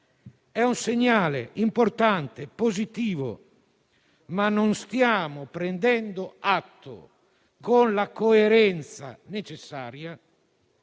è un segnale importante e positivo, ma non stiamo prendendo atto con la coerenza necessaria